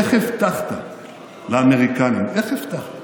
איך הבטחת לאמריקנים, איך הבטחת